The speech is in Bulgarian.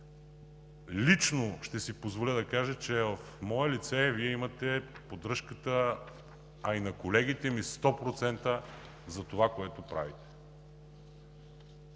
Лично ще си позволя да кажа, че в мое лице Вие имате поддръжката, а и на колегите ми 100 процента за това, което правите.